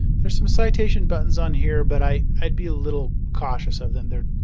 there's some citation buttons on here but i i'd be a little cautious of them there.